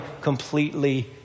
completely